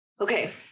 okay